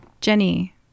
Jenny